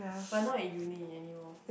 but not in uni anymore